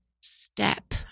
step